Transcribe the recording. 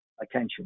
Attention